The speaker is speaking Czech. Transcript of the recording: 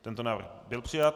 Tento návrh byl přijat.